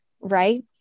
right